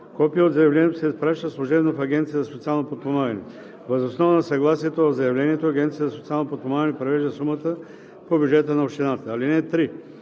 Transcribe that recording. Копие от заявлението се изпраща служебно в Агенцията за социално подпомагане. Въз основа на съгласието в заявлението Агенцията за социално подпомагане превежда сумата по бюджета на общината. (3)